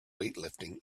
weightlifting